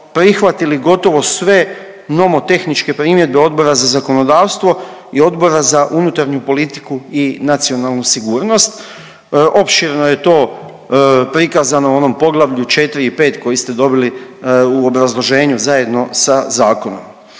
prihvatili gotovo sve nomotehničke primjedbe Odbora za zakonodavstvo i Odbora za unutarnju politiku i nacionalnu sigurnost. Opširno je to prikazano u onom poglavlju 4 i 5 koji ste dobili u obrazloženju zajedno sa zakonom.